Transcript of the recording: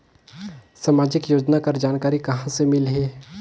समाजिक योजना कर जानकारी कहाँ से मिलही?